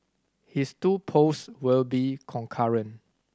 his two post will be concurrent